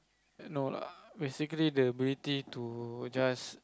no lah basically the ability to just